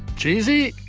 cheesy,